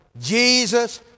Jesus